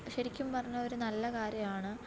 ശരിക്കും പറഞ്ഞാല് ഒരു നല്ല കാര്യമാണ്